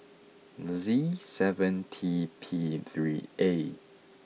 Z seven T P three A